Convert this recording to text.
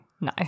No